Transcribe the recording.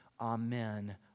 Amen